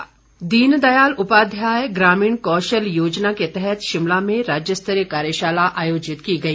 कार्यशाला दीनदयाल उपाध्याय ग्रामीण कौशल योजना के तहत शिमला में राज्य स्तरीय कार्यशाला आयोजित की गई